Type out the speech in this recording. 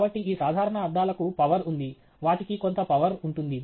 కాబట్టి ఈ సాధారణ అద్దాలకు పవర్ ఉంది వాటికి కొంత పవర్ ఉంటుంది